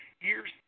year's